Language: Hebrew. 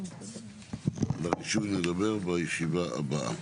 על רישוי נדבר בישיבה הבאה,